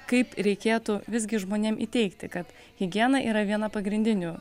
kaip reikėtų visgi žmonėm įteigti kad higiena yra viena pagrindinių